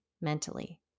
mentally